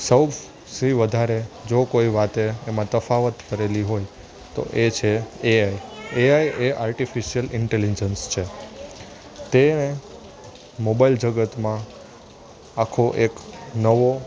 સૌથી વધારે જો કોઈ વાતે એમાં તફાવત કરેલી હોય તો એ છે એઆઈ એઆઈ એ આર્ટિફિસિયલ ઇન્ટેલિજિન્ટ્સ છે તેણે મોબાઈલ જગતમાં આખો એક નવો